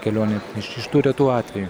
kelionė iš iš tų retų atvejų